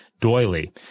doily